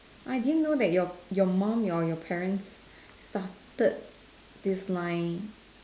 I didn't know that your your mum your parents started this line